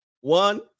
One